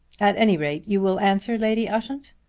at any rate you will answer lady ushant?